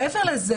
מעבר לזה,